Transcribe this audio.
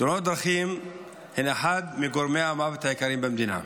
תאונות דרכים הן אחד מגורמי המוות העיקריים במדינה.